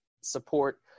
support